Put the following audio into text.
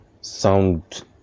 sound